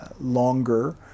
longer